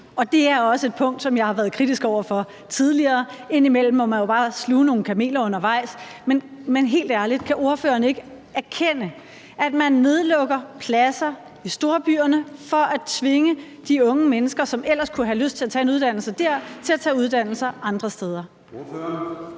Det er også et punkt, som jeg har været kritisk over for tidligere. Indimellem må man jo bare sluge nogle kameler undervejs. Men helt ærligt, kan ordføreren ikke erkende, at man nedlægger pladser i storbyerne for at tvinge de unge mennesker, som ellers kunne have lyst til at tage en uddannelse der, til at tage uddannelser andre steder?